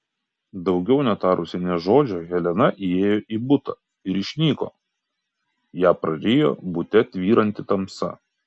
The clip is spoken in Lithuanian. daugiau netarusi nė žodžio helena įėjo į butą ir išnyko ją prarijo bute tvyranti tamsa